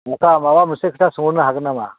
आच्चा माबा मोनसे खोथा सोंहरनो हागोन नामा